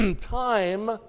Time